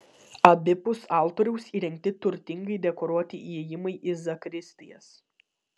abipus altoriaus įrengti turtingai dekoruoti įėjimai į zakristijas